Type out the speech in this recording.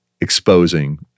exposing